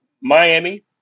Miami